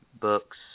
books